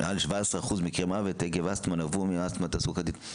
מעל 17% מקרי מוות עקב אסטמה נבעו מאסטמה תעסוקתית.